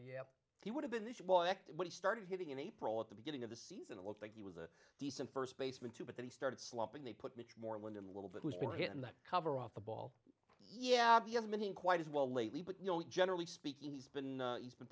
yeah he would have been this boy when he started hitting in april at the beginning of the season it looked like he was a decent first baseman too but then he started slumping they put much more land in little bit who's been hitting the cover off the ball yeah obviously been quite as well lately but you know generally speaking he's been he's been